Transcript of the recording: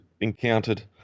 encountered